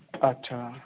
ਅੱਛਾ